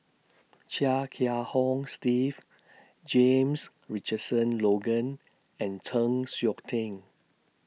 Chia Kiah Hong Steve James Richardson Logan and Chng Seok Tin